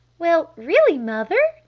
well really, mother,